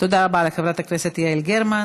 תודה רבה לחברת הכנסת יעל גרמן.